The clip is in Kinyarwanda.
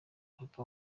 papa